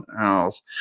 else